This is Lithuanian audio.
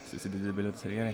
susidedi bilietus ir gerai